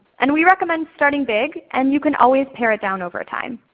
and we recommend starting big and you can always pare it down over time.